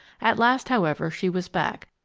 at last, however, she was back,